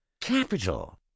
capital